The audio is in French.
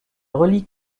relie